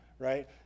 right